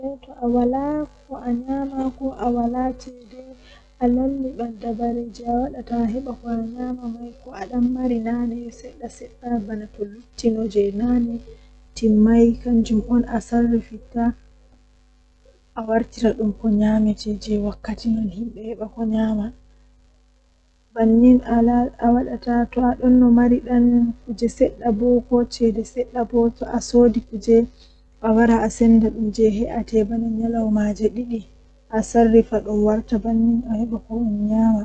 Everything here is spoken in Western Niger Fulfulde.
Eh wuro jei welatami mi mimedai yahugo nden mi yidi yahugo bano mi yecci haa baawo kanjum woni kaaba wuro makka.